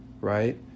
right